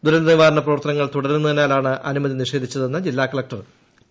ദുരന്തനിവാരണ പ്രവർത്തനങ്ങൾ തുടരുന്നതിനാലാണ് അനുമതി നിഷേധിച്ചതെന്ന് ജില്ലാ കളക്ടർ ടി